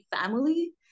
family